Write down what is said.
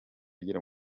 agera